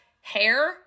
hair